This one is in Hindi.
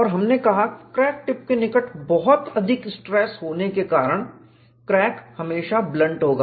और हमने कहा क्रैक टिप के निकट बहुत अधिक स्ट्रेस होने के कारण क्रैक हमेशा ब्लंट होगा